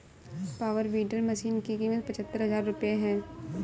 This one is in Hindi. पावर वीडर मशीन की कीमत पचहत्तर हजार रूपये है